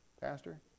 Pastor